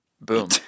Boom